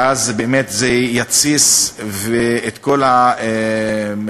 ואז באמת זה יתסיס את כל בתי-הכלא.